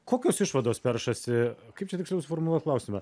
kokios išvados peršasi kaip čia tiksliau suformuluot klausimą